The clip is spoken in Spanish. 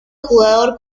jugador